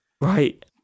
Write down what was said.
right